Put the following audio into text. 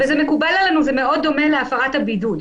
וזה מקובל עלינו, זה דומה מאוד להפרת הבידוד.